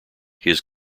his